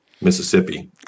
Mississippi